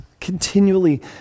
continually